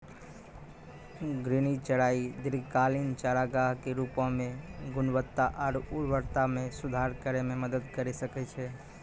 घूर्णि चराई दीर्घकालिक चारागाह के रूपो म गुणवत्ता आरु उर्वरता म सुधार करै म मदद करि सकै छै